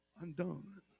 undone